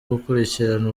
gukurikirana